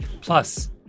Plus